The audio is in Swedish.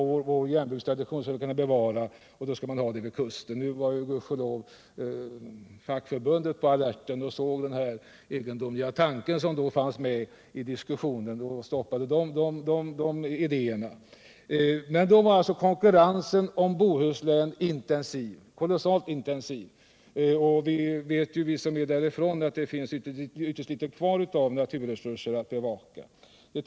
Man ville bevara järnbrukstraditionen och då ville man förlägga järnbruken till kusten. I det läget var, tack och lov, fackförbunden på alerten. De observerade den här egendomliga tanken som fanns med i diskussionen och stoppade de idéerna. Konkurrensen om Bohuslän var således kolossalt intensiv då — vi som är därifrån vet ju att det nu finns ytterst litet kvar av naturresurser att bevara.